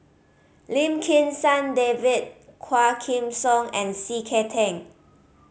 Lim Kim San David Quah Kim Song and C K Tang